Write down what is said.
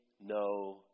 no